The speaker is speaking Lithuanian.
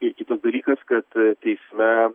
ir kitas dalykas kad teisme